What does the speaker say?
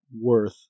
worth